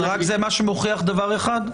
אז זה רק מה שמוכיח דבר אחד,